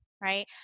Right